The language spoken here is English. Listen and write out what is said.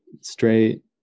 straight